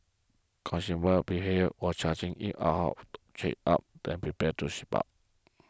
consumer behaviour was changing in shape up than prepared to ship out